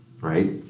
right